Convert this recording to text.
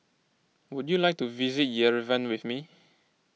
would you like to visit Yerevan with me